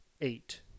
eight